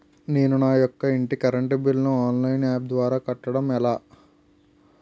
నేను నా యెక్క ఇంటి కరెంట్ బిల్ ను ఆన్లైన్ యాప్ ద్వారా కట్టడం ఎలా?